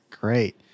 Great